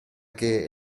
che